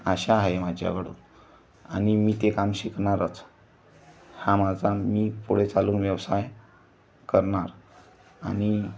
आशा आहे माझ्याकडून आणि मी ते काम शिकणारच हा माझा मी पुढे चालून व्यवसाय करणार आणि